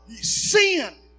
sin